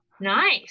Nice